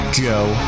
joe